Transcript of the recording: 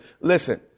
Listen